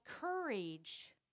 courage